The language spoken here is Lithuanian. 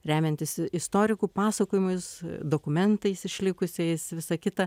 remiantis istorikų pasakojimais dokumentais išlikusiais visa kita